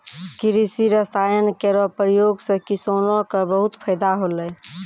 कृषि रसायन केरो प्रयोग सँ किसानो क बहुत फैदा होलै